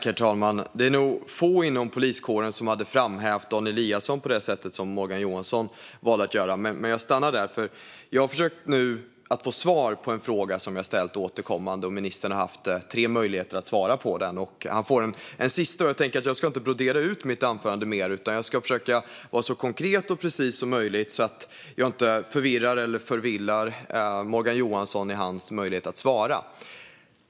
Herr talman! Det är nog få inom poliskåren som skulle ha framhävt Dan Eliasson på det sättet som Morgan Johansson valde att göra. Men jag stannar där. Jag har nu försökt få svar på en fråga som jag ställt upprepade gånger. Ministern har haft tre möjligheter att svara på den, och han får en sista. Jag ska inte brodera ut mitt anförande mer utan försöka vara så konkret och precis som möjligt så att jag inte förvirrar Morgan Johansson i hans möjlighet att svara.